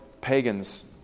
pagans